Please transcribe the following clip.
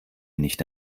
nicht